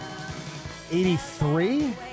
83